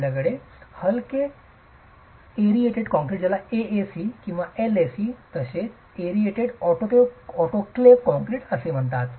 आपल्याकडे हलके aerated concrete AAC किंवा LAC तसेच एरेटेड ऑटोक्लेव्हेड कॉंक्रिट आहेत